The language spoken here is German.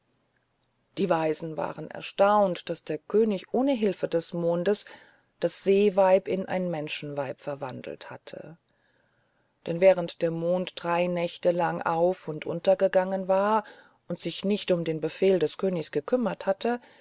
die weisen waren erstaunt daß der könig ohne hilfe des mondes das seeweib in ein menschenweib verwandelt hatte denn während der mond drei nächte lang auf und untergegangen war und sich nicht um den befehl des königs gekümmert hatte